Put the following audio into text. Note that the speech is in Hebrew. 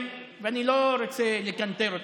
אני לא רוצה לקנטר אתכם,